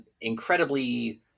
incredibly